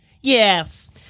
Yes